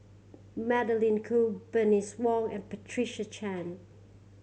Magdalene Khoo Bernice Wong and Patricia Chan